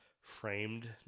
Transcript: framed